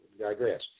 digress